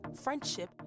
friendship